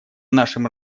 нашем